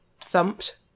thumped